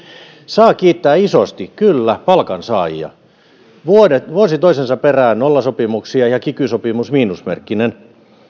saa kiittää isosti kyllä palkansaajia vuosi toisensa perään nollasopimuksia ja kiky sopimus miinusmerkkinen